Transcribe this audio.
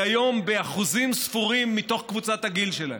הוא היום באחוזים ספורים מתוך קבוצת הגיל שלהם.